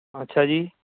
ਅੱਛਾ ਜੀ